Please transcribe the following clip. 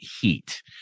heat